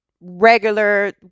regular